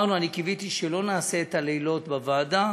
אני קיוויתי שלא נעשה את הלילות בוועדה,